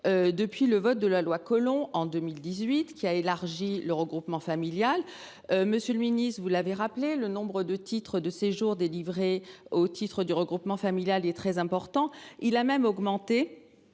depuis le vote de la loi Collomb en 2018, qui a étendu le bénéfice du regroupement familial. Monsieur le ministre, vous l’avez rappelé, le nombre de titres de séjour délivrés dans le cadre du regroupement familial est très important. Il a même augmenté